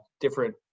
different